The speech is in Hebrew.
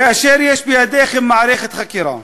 כאשר יש בידיכם מערכת חקיקה.